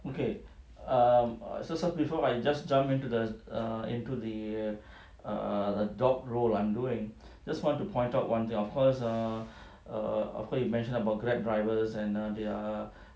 okay err so before I just jump into the err into the err adult role I'm doing just want to point out one thing of course err err of course you mentioned about Grab drivers and err they're